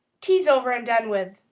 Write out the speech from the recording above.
tea's over and done with,